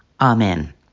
Amen